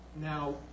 Now